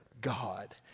God